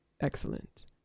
Excellent